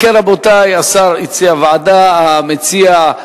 אם כן, רבותי, השר הציע ועדה, המציע,